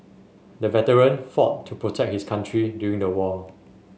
the veteran fought to protect his country during the war